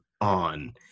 on